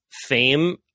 fame